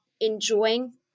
enjoying